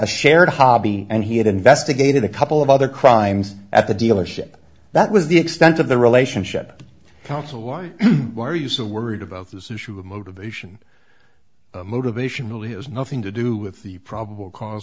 a shared hobby and he had investigated a couple of other crimes at the dealership that was the extent of the relationship counsel why are you so worried about this issue of motivation motivation really has nothing to do with the probable cause